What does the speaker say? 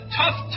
tough